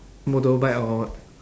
motorbike or what